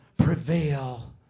prevail